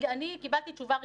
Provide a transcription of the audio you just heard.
אני קיבלתי תשובה רשמית.